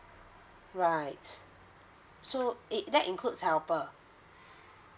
right so it that includes helper